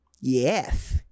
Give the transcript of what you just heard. Yes